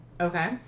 Okay